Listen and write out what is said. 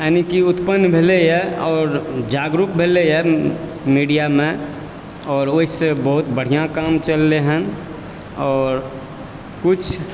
यानि कि उत्पन्न भेलयए आओर जागरुक भेलयए मिडियामे आओर ओहिसँ बहुत बढ़िआँ काम चललैए हन आओर कुछ